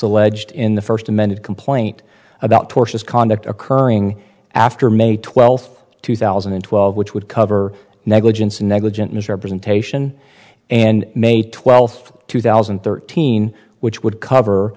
ledged in the first amended complaint about tortious conduct occurring after may twelfth two thousand and twelve which would cover negligence negligent misrepresentation and may twelfth two thousand and thirteen which would